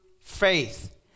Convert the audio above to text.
faith